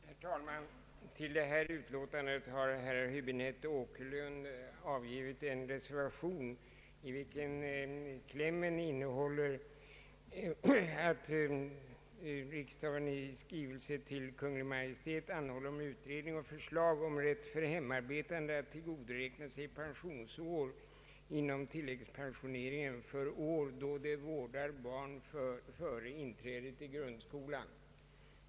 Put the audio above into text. Herr talman! Till detta utlåtande har herr Häbinette och herr Åkerlind avgivit en reservation vars kläm innehåller att riksdagen i skrivelse till Kungl. Maj:t måtte anhålla om utredning och förslag om rätt för hemarbetande att tillgodoräkna sig pensionsår inom tillläggspensioneringen för år då de vår Gar barn före inträdet i grundskolan.